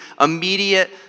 immediate